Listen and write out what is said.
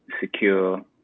secure